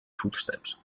footsteps